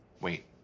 Wait